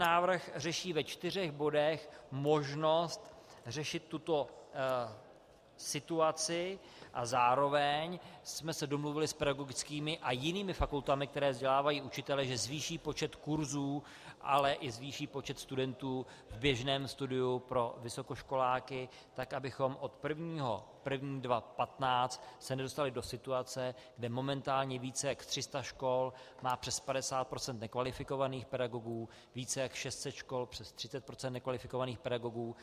Návrh řeší ve čtyřech bodech možnost řešit tuto situaci a zároveň jsme se domluvili s pedagogickými a jinými fakultami, které vzdělávají učitele, že zvýší počet kursů, ale i zvýší počet studentů v běžném studiu pro vysokoškoláky, tak abychom se od 1. 1. 2015 nedostali do situace, kde momentálně více jak 300 škol má přes 50 % nekvalifikovaných pedagogů, více jak 600 škol přes 30 % nekvalifikovaných pedagogů.